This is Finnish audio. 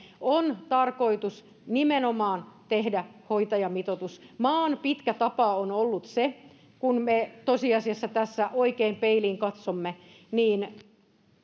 on tarkoitus nimenomaan tehdä hoitajamitoitus maan pitkä tapa on ollut se kun me tosiasiassa tässä oikein peiliin katsomme että